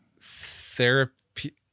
therapy